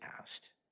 asked